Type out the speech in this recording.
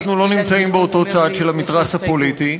אנחנו לא נמצאים באותו צד של המתרס הפוליטי,